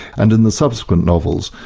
and in the subsequent novels,